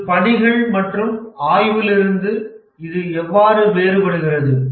இது பணிகள் மற்றும் ஆய்வுகளிலிருந்து இது எவ்வாறு வேறுபடுகிறது